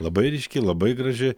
labai ryški labai graži